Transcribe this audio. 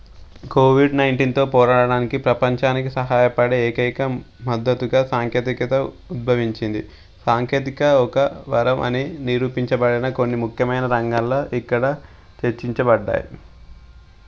Covid నైంటీన్తో పోరాడడానికి ప్రపంచానికి సహాయపడే ఏకైక మద్దతుగా సాంకేతికత ఉద్భవించింది సాంకేతిక ఒక వరం అని నిరూపించబడన కొన్ని ముఖ్యమైన రంగాల్లో ఇక్కడ చర్చించబడ్డాయి